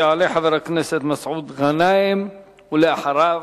יעלה חבר הכנסת מסעוד גנאים, ואחריו,